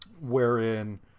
Wherein